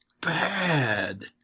bad